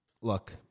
look